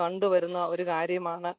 കണ്ടുവരുന്ന ഒരു കാര്യമാണ്